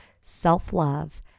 self-love